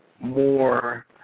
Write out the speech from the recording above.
more